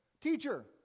teacher